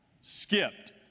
skipped